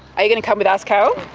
are you going to come with us, carol?